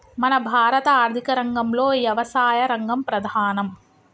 మన భారత ఆర్థిక రంగంలో యవసాయ రంగం ప్రధానం